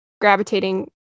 gravitating